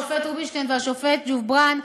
השופט רובינשטיין והשופט ג'ובראן,